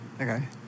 Okay